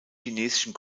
chinesischen